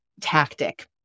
tactic